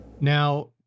Now